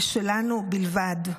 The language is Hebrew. ושלנו בלבד.